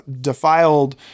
defiled